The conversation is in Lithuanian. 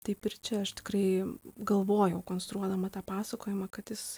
taip ir čia aš tikrai galvojau konstruodama tą pasakojimą kad is